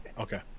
Okay